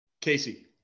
Casey